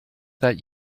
that